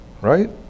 Right